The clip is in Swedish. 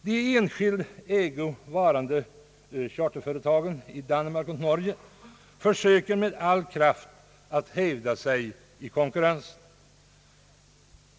De i enskild ägo varande charterföretagen i Danmark och Norge försöker med all kraft att hävda sig i konkurrensen.